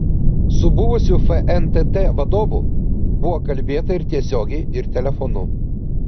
su buvusiu fntt vadovu buvo kalbėta ir tiesiogiai ir telefonu